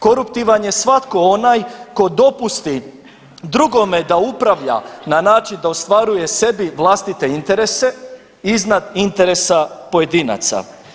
Koruptivan je svatko onaj tko dopusti drugome da upravlja na način da ostvaruje sebi vlastite interese iznad interesa pojedinaca.